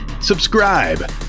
Subscribe